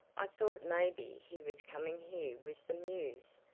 i thought maybe he was coming here with some news.